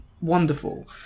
wonderful